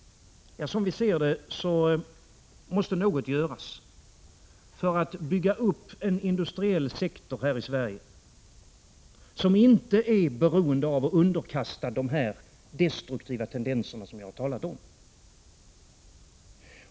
Som vi ser det måste något göras för att här i Sverige bygga upp en industriell sektor, som inte är beroende av och underkastad de destruktiva tendenser jag här har talat om.